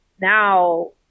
now